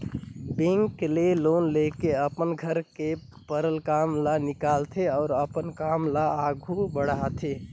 bank ले loan लेके अपन घर में परल काम ल निकालथे अउ अपन काम ल आघु बढ़ाथे